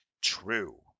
True